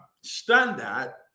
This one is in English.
standard